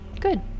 Good